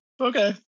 okay